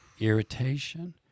irritation